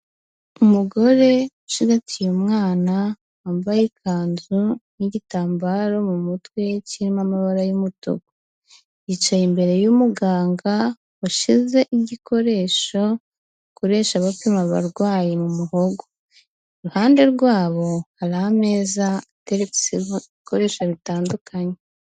Umugore ucigatiye umwana, wambaye ikanzu n'igitambaro mu mutwe kirimo amabara y'umutuku, yicaye imbere y'umuganga washyize igikoresho bakoresha bapima abarwayi mu muhogo, iruhande rwabo hari ameza ateretseho ibikoresho bitandukanye.